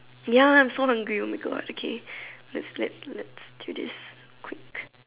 ya I saw on Grimace what okay lets lets lets do this quick